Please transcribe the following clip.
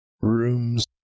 rooms